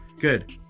good